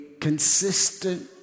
consistent